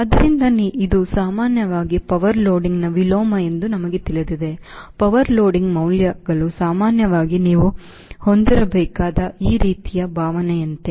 ಆದ್ದರಿಂದ ಇದು ಸಾಮಾನ್ಯವಾಗಿ Powerloadingನ ವಿಲೋಮ ಎಂದು ನಿಮಗೆ ತಿಳಿದಿದೆ ಪವರ್ ಲೋಡಿಂಗ್ ಮೌಲ್ಯಗಳು ಸಾಮಾನ್ಯವಾಗಿ ನೀವು ಹೊಂದಿರಬೇಕಾದ ಈ ರೀತಿಯ ಭಾವನೆಯಂತೆ